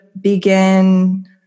begin